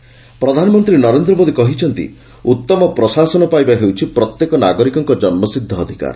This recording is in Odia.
ମନ୍ କୀ ବାତ୍ ପ୍ରଧାନମନ୍ତ୍ରୀ ନରେନ୍ଦ୍ର ମୋଦି କହିଛନ୍ତି ଉତ୍ତମ ପ୍ରଶାସନ ପାଇବା ହେଉଛି ପ୍ରତ୍ୟେକ ନାଗରିକଙ୍କ ଜନୁସିଦ୍ଧ ଅଧିକାର